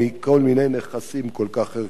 מכל מיני נכסים כל כך ערכיים.